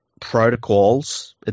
protocols